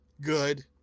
good